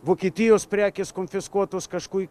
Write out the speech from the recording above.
vokietijos prekės konfiskuotos kažkur